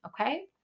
Okay